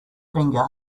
finger